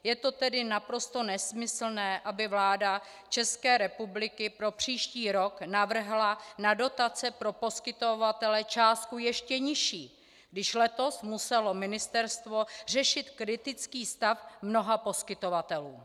Je tedy naprosto nesmyslné, aby vláda České republiky pro příští rok navrhla na dotace pro poskytovatele částku ještě nižší, když letos muselo ministerstvo řešit kritický stav mnoha poskytovatelů.